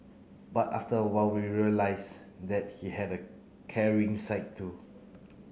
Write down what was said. but after a while we realised that he had a caring side too